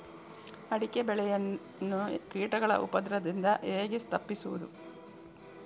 ಅಡಿಕೆ ಬೆಳೆಯನ್ನು ಕೀಟಗಳ ಉಪದ್ರದಿಂದ ಹೇಗೆ ತಪ್ಪಿಸೋದು?